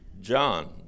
John